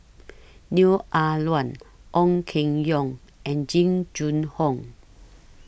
Neo Ah Luan Ong Keng Yong and Jing Jun Hong